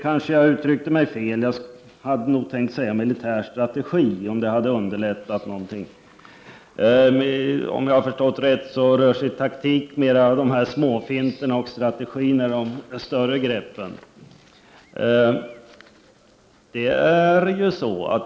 Kanske hade det underlättat om jag i stället sagt militär strategi. Om jag har förstått rätt rör sig taktiken mera om småfinter, medan strategin är de större greppen.